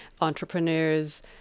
entrepreneurs